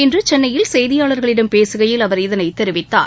இன்று சென்னையில் செய்தியாளர்களிடம் பேசுகையில் அவர் இதனைத் தெரிவித்தார்